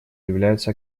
является